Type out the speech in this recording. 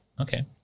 Okay